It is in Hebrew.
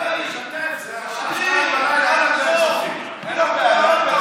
אדרבה, שתף, זה עכשיו 02:00, אין הרבה צופים.